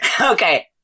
Okay